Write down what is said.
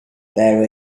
there